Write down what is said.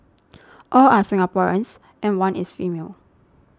all are Singaporeans and one is female